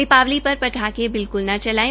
दीपावली पर पटाखें बिल्क्ल ना चलाये